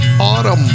Autumn